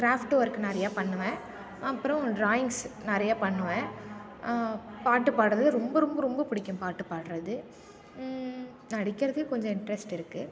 craft work நிறைய பண்ணுவேன் அப்புறம் ட்ராயிங்ஸ் நிறைய பண்ணுவேன் பாட்டுப்பாடுறது ரொம்ப ரொம்ப ரொம்ப பிடிக்கும் பாட்டுப்பாடுறது நடிக்கிறது கொஞ்சம் இன்ட்ரஸ்ட் இருக்குது